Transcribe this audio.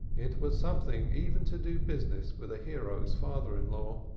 it was something even to do business with a hero's father-in-law.